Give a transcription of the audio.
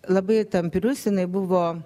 labai tamprius jinai buvo